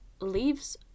leaves